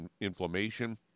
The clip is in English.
inflammation